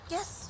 Yes